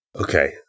Okay